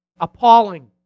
appalling